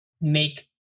make